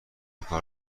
کار